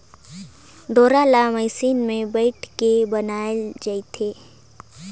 डोरा ल मसीन मे बइट के बनाल जाथे